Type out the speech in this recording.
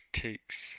takes